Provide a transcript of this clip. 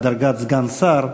לדרגת סגן שר,